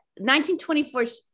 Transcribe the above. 1924